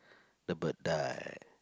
the bird die